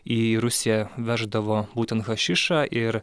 į rusiją veždavo būtent hašišą ir